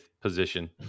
position